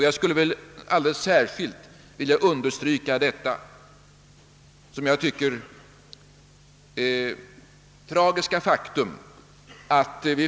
Jag skulle alldeles särskilt vilja understryka detta enligt min mening tragiska faktum.